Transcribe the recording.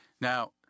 Now